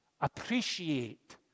Appreciate